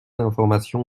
d’information